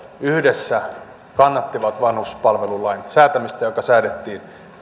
yhdessä kannattivat vanhuspalvelulain säätämistä joka säädettiin